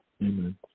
Amen